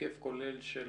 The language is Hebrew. היקף כולל של